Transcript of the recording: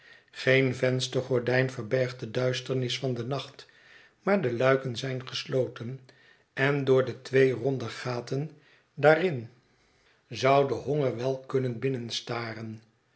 geen venstergordijn verbergt de duisternis van den nacht maar de luiken zijn gesloten en door de twee ronde gaten daarin zou de honger wel kunnen